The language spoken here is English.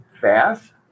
fast